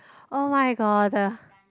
oh-my-god the